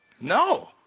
No